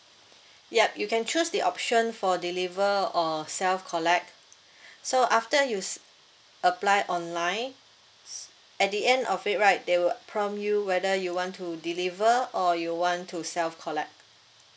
yup you can choose the option for deliver or self collect so after you s~ apply online at the end of it right they will prompt you whether you want to deliver or you want to self collect